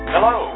Hello